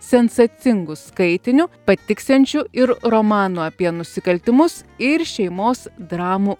sensacingu skaitiniu patiksiančiu ir romanų apie nusikaltimus ir šeimos dramų